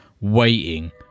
waiting